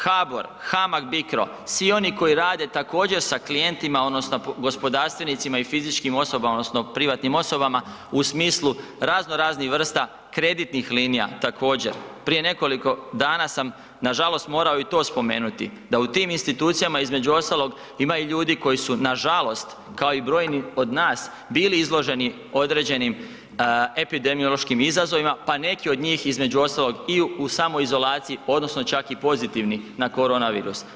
HBOR, HAMAG Bicro, svi oni koji rade također sa klijentima odnosno gospodarstvenicima i fizičkim osobama odnosno privatnim osobama u smislu razno raznih vrsta kreditnih linija također, prije nekoliko dana sam nažalost morao i to spomenuti da u tim institucijama između ostalog ima i ljudi koji su nažalost kao i brojni od nas bili izloženi određenim epidemiološkim izazovima, pa neki od njih između ostalog i u samoizolaciji odnosno čak i pozitivni na korona virus.